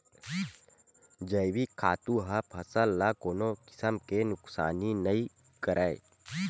जइविक खातू ह फसल ल कोनो किसम के नुकसानी नइ करय